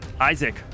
Isaac